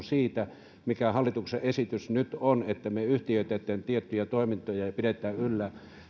siitä mikä hallituksen esitys nyt on että me yhtiöitämme tiettyjä toimintoja ja pidämme yllä